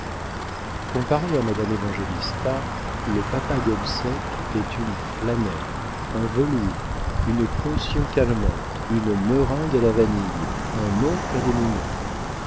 comparé à madame évangélista le papa gobseck est une flanelle un velours une potion calmante une meringue à la vanille un oncle à dénouement